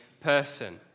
person